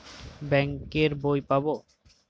Bank এর বই পাবো?